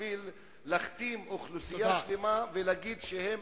בשביל להכתים אוכלוסייה שלמה ולהגיד שהם